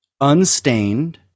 unstained